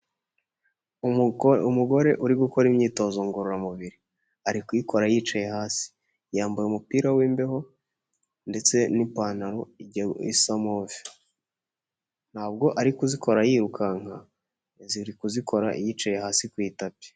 Umugore uri gukora imyitozo ngororamubiri, ari kuyikora yicaye hasi, yambaye umupira w'imbeho ndetse n'ipantaro isa move. Ntabwo ari kuzikora yirukanka ari kuzikora yicaye hasi ku itapi.